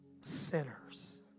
sinners